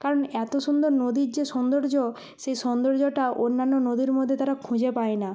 কারণ এত সুন্দর নদীর যে সৌন্দর্য সে সৌন্দর্যটা অন্যান্য নদীর মধ্যে তারা খুঁজে পায় না